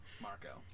Marco